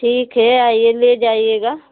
ठीक है आइए ले जाइएगा